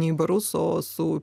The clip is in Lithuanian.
į barus o su